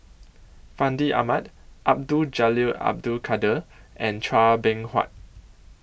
Fandi Ahmad Abdul Jalil Abdul Kadir and Chua Beng Huat